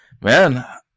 man